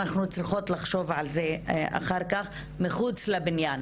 אנחנו צריכות לחשוב על זה אחר-כך מחוץ לבניין,